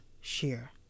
share